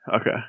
Okay